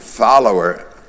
follower